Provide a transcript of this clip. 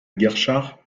guerchard